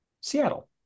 Seattle